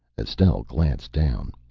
estelle glanced down.